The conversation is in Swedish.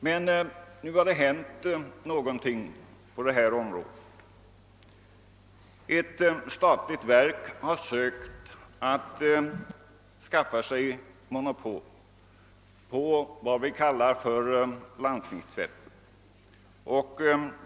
Men nu har det hänt någonting på detta område: ett statligt verk har sökt att skaffa sig monopol på vad vi kallar för landstingstvätten.